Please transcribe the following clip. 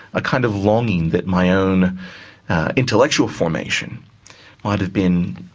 a kind of longing that my own intellectual formation might have been